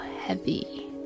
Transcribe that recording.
heavy